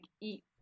eat